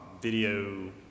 video